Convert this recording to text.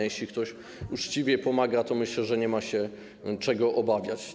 Jeśli ktoś uczciwie pomaga, to myślę, że nie ma się czego obawiać.